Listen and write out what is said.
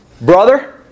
brother